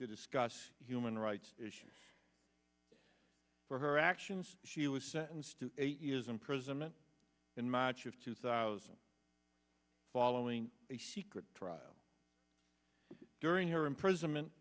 to discuss human rights issues for her actions she was sentenced to eight years imprisonment in march of two thousand following a secret trial during her imprisonment